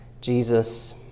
Jesus